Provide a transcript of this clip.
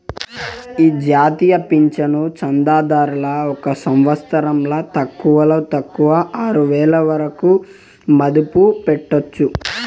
ఈ జాతీయ పింఛను చందాదారులు ఒక సంవత్సరంల తక్కువలో తక్కువ ఆరువేల వరకు మదుపు పెట్టొచ్చు